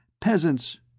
Peasants